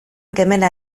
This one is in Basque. kemena